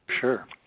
sure